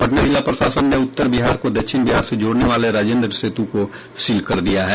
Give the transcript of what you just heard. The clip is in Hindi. पटना जिला प्रशासन ने उत्तर बिहार को दक्षिण बिहार से जोड़ने वाले राजेन्द्र सेतु को सील कर दिया है